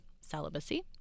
celibacy